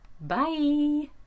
Bye